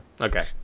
Okay